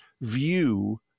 view